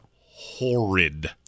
horrid